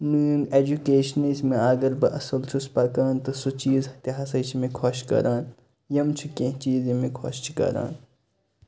میٛٲنۍ اٮ۪جوٗکیشَن یُس مےٚ اگر بہٕ اصٕل چھُس پکان تہٕ سُہ چیٖز تہِ ہسا چھِ مےٚ خۄش کران یِم چھِ کیٚنہہ چیٖز یِم مےٚ خۄش چھِ کران